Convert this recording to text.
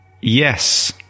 yes